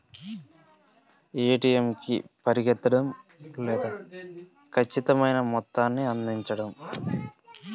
ATM కి పరిగెత్తడం లేదా ఖచ్చితమైన మొత్తాన్ని అందించడం